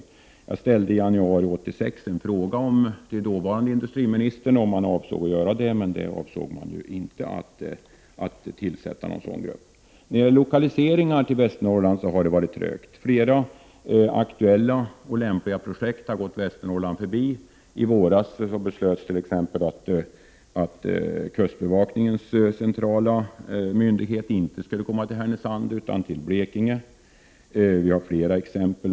I januari 1986 ställde jag en fråga till dåvarande industriministern om han avsåg att tillsätta en sådan grupp, men det hade han inte för avsikt att göra. Det har gått trögt när det gäller lokaliseringar till Västernorrland. Flera aktuella och lämpliga projekt har gått Västernorrland förbi. I våras beslöts t.ex. att kustbevakningens centrala myndighet inte skulle lokaliseras till Härnösand utan till Blekinge. Vi har flera exempel.